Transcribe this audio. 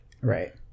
right